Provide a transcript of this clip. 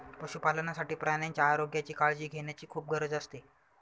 पशुपालनासाठी प्राण्यांच्या आरोग्याची काळजी घेण्याची खूप गरज असते